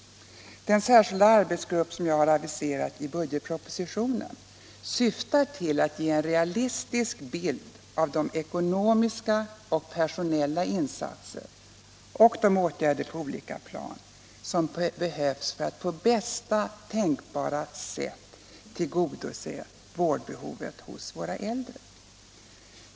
Den särskilda arbetsgrupp jag har aviserat i budgetpropositionen syftar till att ge en realistisk bild av de ekonomiska och personella insatser — och de åtgärder på olika plan — som behövs för att på bästa tänkbara sätt tillgodose vårdbehovet för våra äldre.